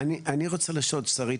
אני רוצה לשאול את שרית